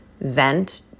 vent